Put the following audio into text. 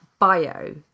bio